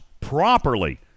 properly